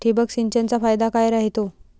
ठिबक सिंचनचा फायदा काय राह्यतो?